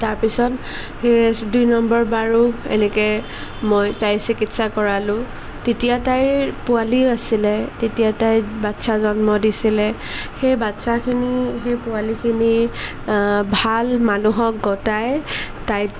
তাৰপিছত সেই দুই নম্বৰ বাৰো এনেকৈ মই তাইৰ চিকিৎসা কৰালোঁ তেতিয়া তাইৰ পোৱালি আছিলে তেতিয়া তাই বাচ্ছা জন্ম দিছিলে সেই বাচ্ছাখিনি সেই পোৱালিখিনি ভাল মানুহক গতাই তাইক